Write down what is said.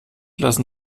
lassen